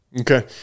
Okay